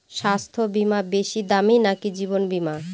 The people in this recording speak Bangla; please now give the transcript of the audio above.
স্বাস্থ্য বীমা বেশী দামী নাকি জীবন বীমা?